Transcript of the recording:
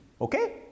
okay